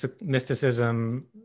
mysticism